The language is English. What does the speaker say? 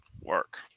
Work